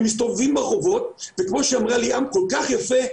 הם מסתובבים ברחובות וכמו שאמרה ליאם כל כך יפה,